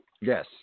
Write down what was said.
Yes